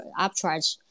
upcharge